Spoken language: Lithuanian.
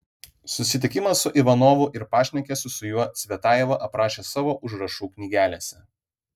susitikimus su ivanovu ir pašnekesius su juo cvetajeva aprašė savo užrašų knygelėse